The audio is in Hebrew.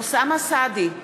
אוסאמה סעדי,